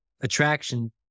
attraction